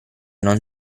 non